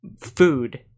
food